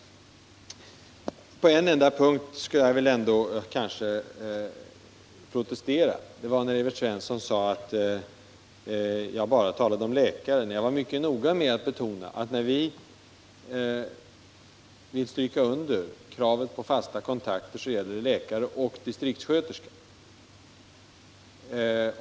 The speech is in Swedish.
På en enda punkt skall jag kanske ändå protestera. Det gäller att Evert Svensson sade att jag bara talade om läkare. Men jag var mycket noga med att betona att när vi vill stryka under kravet på fasta kontakter, så gäller det läkare och distriktssköterskor.